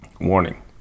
Warning